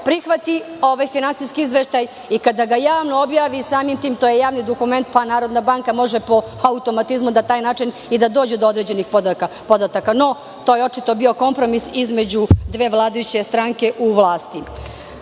prihvati ovaj finansijski izveštaj i kada ga javno objavi, samim tim, to je javni dokument, pa NBS može po automatizmu na taj način i da dođe do određenih podataka. No, to je očito bio kompromis između dve vladajuće stranke u vlasti. Zato